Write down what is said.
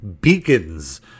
beacons